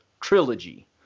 trilogy